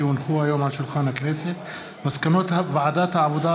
כי הונחו היום על שולחן הכנסת מסקנות ועדת העבודה,